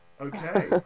Okay